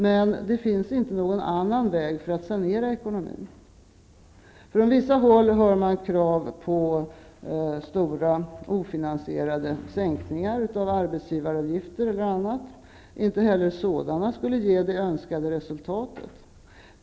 Men det finns inte någon annan väg för att sanera ekonomin. Från vissa håll hörs krav på stora ofinansierade sänkningar av arbetsgivaravgifterna. Inte heller sådana skulle ge det önskade resultatet.